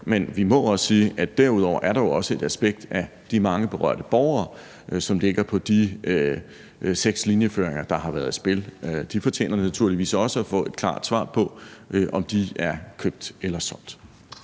Men vi må også sige, at der derudover er et aspekt i forhold til de mange berørte borgere, som handler om de seks linjeføringer, der har været i spil. De borgere fortjener naturligvis også at få et klart svar på, om de er købt eller solgt.